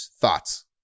thoughts